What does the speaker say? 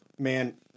Man